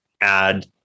add